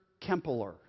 Kempeler